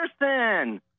person